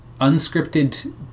unscripted